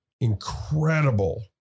incredible